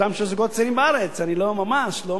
אני ממש לא מסוגל להבין, אדוני היושב-ראש,